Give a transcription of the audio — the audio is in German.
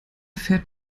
fährt